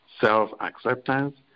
self-acceptance